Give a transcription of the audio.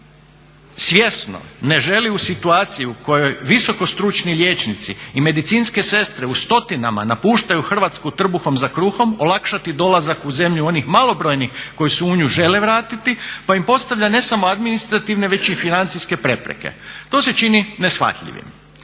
svjesno ne želi u situaciji u kojoj visoko stručni liječnici i medicinske sestre u stotinama napuštaju Hrvatsku trbuhom za kruhom, olakšati dolazak u zemlju onih malobrojnih koji se u nju žele vratiti pa im postavlja ne samo administrativne već i financijske prepreke. To se čini neshvatljivim.